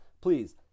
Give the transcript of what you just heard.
Please